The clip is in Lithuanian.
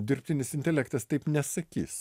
dirbtinis intelektas taip nesakys